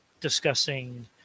discussing